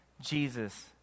Jesus